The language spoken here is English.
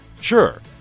Sure